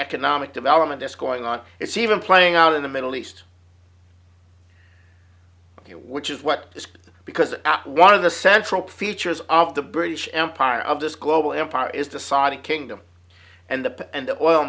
economic development is going on it's even playing out in the middle east which is what this is because out one of the central features of the british empire of this global empire is the saudi kingdom and the and the oil